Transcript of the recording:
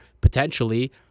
potentially